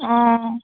অঁ